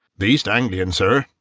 the east anglian, sir,